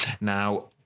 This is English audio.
Now